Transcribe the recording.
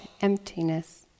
emptiness